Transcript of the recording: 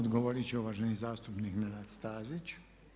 Odgovorit će uvaženi zastupnik Nenad Stazić.